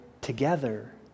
together